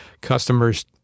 customers